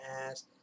ass